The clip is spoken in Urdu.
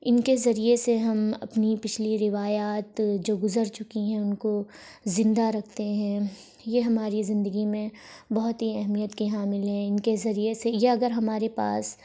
ان کے ذریعے سے ہم اپنی پچھلی روایات جو گزر چکی ہیں ان کو زندہ رکھتے ہیں یہ ہماری زندگی میں بہت ہی اہمیت کے حامل ہیں ان کے ذریعے سے یہ اگر ہمارے پاس